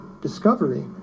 discovery